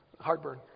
heartburn